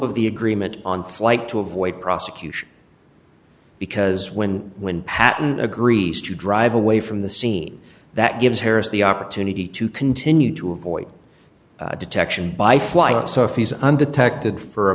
of the agreement on flight to avoid prosecution because when when patton agrees to drive away from the scene that gives harris the opportunity to continue to avoid detection by flying sophy's undetected for a